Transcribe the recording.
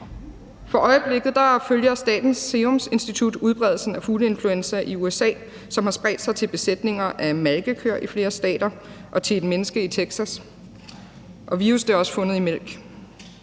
For øjeblikket følger Statens Serum Institut udbredelsen af fugleinfluenza i USA, som har spredt sig til besætninger af malkekøer i flere stater og til et menneske i Texas, og virusset er også fundet i mælk.